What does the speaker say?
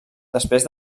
després